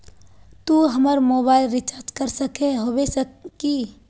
तू हमर mobile recharge कर सके होबे की?